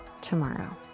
tomorrow